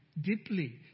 Deeply